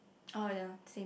oh yea same